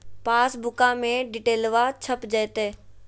पासबुका में डिटेल्बा छप जयते?